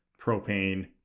propane